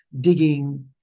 digging